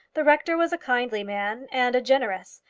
the rector was a kindly man and a generous.